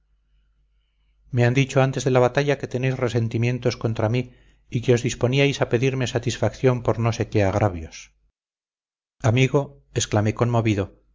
me han dicho antes de la batalla que tenéis resentimientos contra mí y que os disponíais a pedirme satisfacción por no sé qué agravios amigo exclamé conmovido